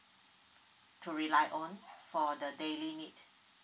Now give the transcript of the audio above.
to rely on for the daily need